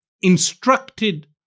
instructed